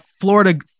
Florida